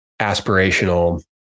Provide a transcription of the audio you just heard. aspirational